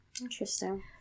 Interesting